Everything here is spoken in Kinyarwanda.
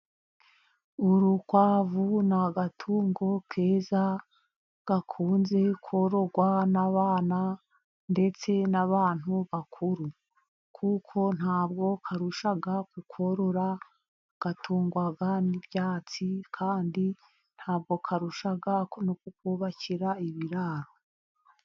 Urukwavu ni agatungo keza gakunze kororwa n'abana, ndetse n'abantu bakuru. Kuko ntabwo karushya kukorora, gatungwa n'ibyatsi kandi ntabwo karushya, kukubakira ibiraro.